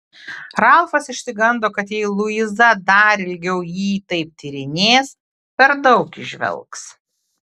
ralfas išsigando kad jei luiza dar ilgiau jį taip tyrinės per daug įžvelgs